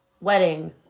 wedding